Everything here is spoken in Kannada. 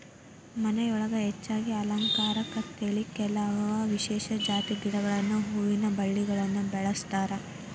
ಮನಿಯೊಳಗ ಹೆಚ್ಚಾಗಿ ಅಲಂಕಾರಕ್ಕಂತೇಳಿ ಕೆಲವ ವಿಶೇಷ ಜಾತಿ ಗಿಡಗಳನ್ನ ಹೂವಿನ ಬಳ್ಳಿಗಳನ್ನ ಬೆಳಸ್ತಾರ